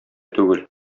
түгел